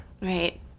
Right